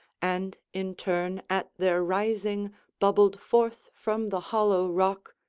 and in turn at their rising bubbled forth from the hollow rock,